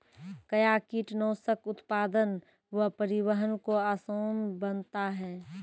कया कीटनासक उत्पादन व परिवहन को आसान बनता हैं?